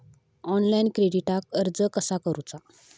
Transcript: Online क्रेडिटाक अर्ज कसा करुचा?